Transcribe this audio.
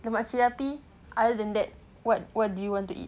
lemak cili api other than that what what do you want to eat